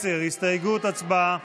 10. הצבעה.